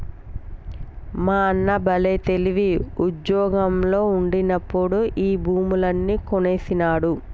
మా అన్న బల్లే తెలివి, ఉజ్జోగంలో ఉండినప్పుడే ఈ భూములన్నీ కొనేసినాడు